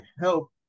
help